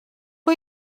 who